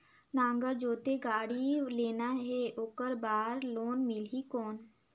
नागर जोते गाड़ी लेना हे ओकर बार लोन मिलही कौन?